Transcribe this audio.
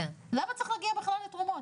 למה צריך להגיע בכלל לתרומות?